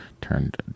turned